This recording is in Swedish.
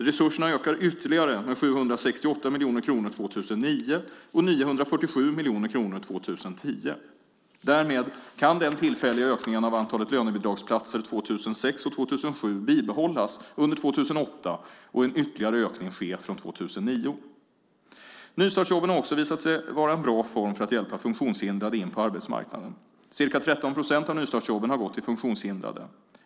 Resurserna ökar ytterligare med 768 miljoner kronor 2009 och 947 miljoner kronor 2010. Därmed kan den tillfälliga ökningen av antalet lönebidragsplatser 2006 och 2007 bibehållas under 2008, och en ytterligare ökning ske från 2009. Nystartsjobben har också visat sig vara en bra form för att hjälpa funktionshindrade in på arbetsmarknaden. Ca 13 procent av nystartsjobben har gått till funktionshindrade.